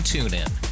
TuneIn